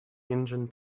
engine